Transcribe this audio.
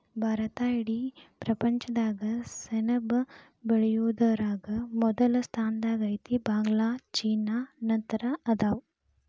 ಭಾರತಾ ಇಡೇ ಪ್ರಪಂಚದಾಗ ಸೆಣಬ ಬೆಳಿಯುದರಾಗ ಮೊದಲ ಸ್ಥಾನದಾಗ ಐತಿ, ಬಾಂಗ್ಲಾ ಚೇನಾ ನಂತರ ಅದಾವ